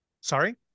Sorry